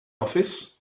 office